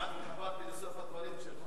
כמעט השתכנעתי מסוף הדברים שלך,